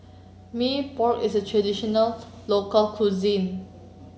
Mee Pok is a traditional local cuisine